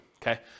Okay